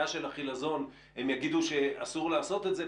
של החילזון הם יאמרו שאסור לעשות את זה,